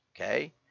okay